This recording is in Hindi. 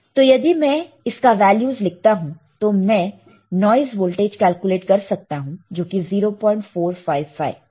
तो यदि मैं इसका वैल्यूस लिखता हूं तो मैं नॉइस वोल्टेज कैलकुलेट कर सकता हूं जो कि 0455 है